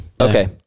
Okay